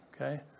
Okay